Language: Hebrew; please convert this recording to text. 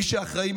מי שאחראי,